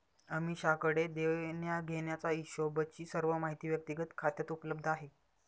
अमीषाकडे देण्याघेण्याचा हिशोबची सर्व माहिती व्यक्तिगत खात्यात उपलब्ध आहे